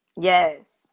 yes